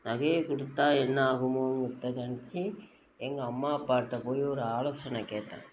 நகையை கொடுத்தா என்ன ஆகுமோங்கிறத நினச்சி எங்கள் அம்மா அப்பாகிட்ட போய் ஒரு ஆலோசனை கேட்டேன்